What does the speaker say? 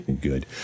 good